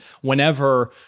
whenever